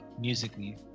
musically